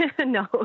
No